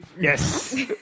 Yes